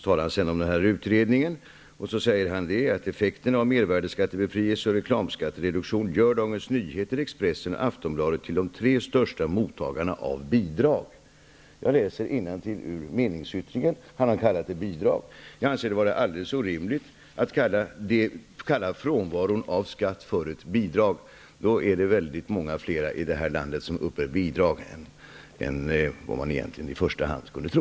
Han talar sedan om den utredning som gjorts och säger att ''effekterna av mervärdeskattebefrielse och reklamskattereduktion gör Dagens Nyheter, Jag läser innantill ur meningsyttringen. Han har kallat det bidrag. Jag anser det vara helt orimligt att kalla frånvaron av skatt för ett bidrag. Då är det många fler som uppbär bidrag i det här landet än vad man i första hand skulle tro.